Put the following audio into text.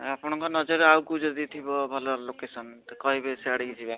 ଆପଣଙ୍କ ନଜରରେ ଆଉ କେଉଁ ଯଦି ଥିବ ଭଲ ଲୋକେଶନ୍ ତ କହିବେ ସିଆଡ଼ିକି ଯିବା